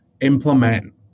implement